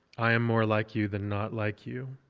i am more like you than not like you.